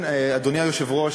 אדוני היושב-ראש,